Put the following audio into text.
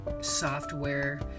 software